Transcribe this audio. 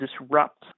disrupt